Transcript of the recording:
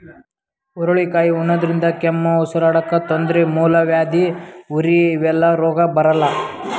ಹುರಳಿಕಾಯಿ ಉಣಾದ್ರಿನ್ದ ಕೆಮ್ಮ್, ಉಸರಾಡಕ್ಕ್ ತೊಂದ್ರಿ, ಮೂಲವ್ಯಾಧಿ, ಉರಿ ಇವೆಲ್ಲ ರೋಗ್ ಬರಲ್ಲಾ